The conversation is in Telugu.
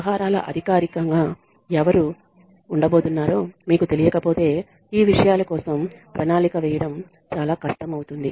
వ్యవహారాల అదికారిగా ఎవరు ఉండబోతున్నారో మీకు తెలియకపోతే ఈ విషయాల కోసం ప్రణాళిక వేయడం చాలా కష్టం అవుతుంది